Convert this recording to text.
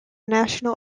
national